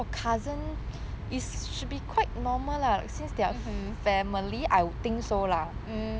mmhmm mm